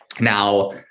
Now